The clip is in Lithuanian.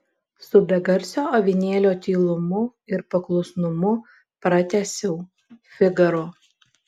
su begarsio avinėlio tylumu ir paklusnumu pratęsiau figaro